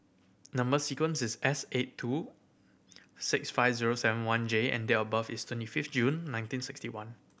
number sequence is S eight two six five zero seven one J and date of birth is twenty fifth June nineteen sixty one